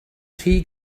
rhy